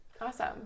Awesome